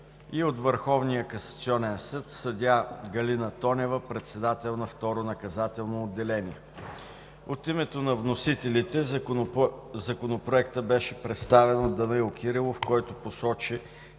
и от Върховния касационен съд съдия Галина Тонева – председател на Второ наказателно отделение. От името на вносителите Законопроектът беше представен от Данаил Кирилов, който посочи,